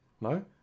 No